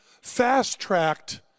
fast-tracked